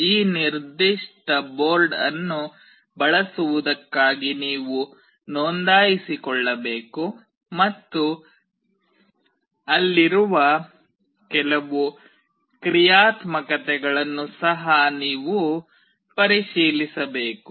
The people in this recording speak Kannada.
ಈ ನಿರ್ದಿಷ್ಟ ಬೋರ್ಡ್ ಅನ್ನು ಬಳಸುವುದಕ್ಕಾಗಿ ನೀವು ನೋಂದಾಯಿಸಿಕೊಳ್ಳಬೇಕು ಮತ್ತು ಅಲ್ಲಿರುವ ಕೆಲವು ಕ್ರಿಯಾತ್ಮಕತೆಗಳನ್ನು ಸಹ ನೀವು ಪರಿಶೀಲಿಸಬೇಕು